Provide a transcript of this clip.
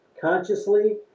consciously